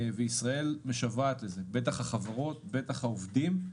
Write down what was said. ישראל משוועת לזה, בטח החברות ובטח העובדים.